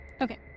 Okay